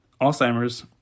Alzheimer's